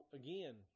again